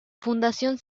fundación